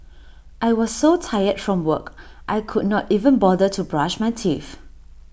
I was so tired from work I could not even bother to brush my teeth